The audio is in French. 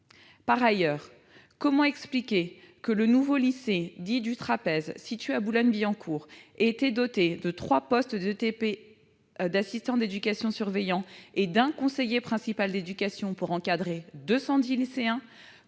Par ailleurs, comment expliquer que le nouveau lycée dit « du Trapèze », situé à Boulogne-Billancourt, ait été doté de trois postes équivalents temps plein d'assistant d'éducation-surveillant et d'un conseiller principal d'éducation pour encadrer 210 lycéens